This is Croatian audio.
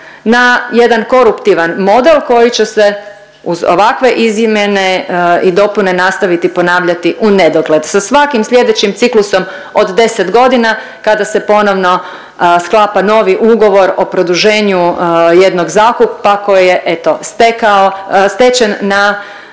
na jedan koruptivan model koji će se uz ovakve izmjene i dopune nastaviti ponavljati u nedogled sa svakim sljedećim ciklusom od 10 godina kada se ponovno sklapa novi ugovor o produženju jednog zakupa koji je eto stečen na